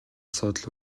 асуудал